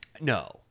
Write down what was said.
no